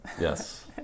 Yes